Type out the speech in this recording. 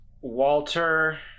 Walter